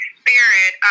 spirit